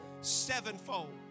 sevenfold